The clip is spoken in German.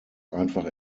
einfach